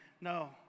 No